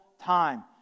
time